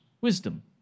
wisdom